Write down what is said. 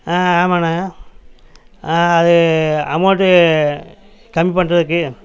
ஆ ஆமாண்ணா ஆ அது அமௌண்ட்டு கம்மி பண்ணுறதுக்கு